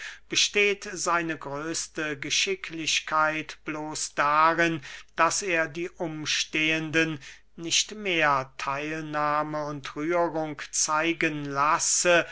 besteht seine größte geschicklichkeit bloß darin daß er die umstehenden nicht mehr theilnahme und rührung zeigen lasse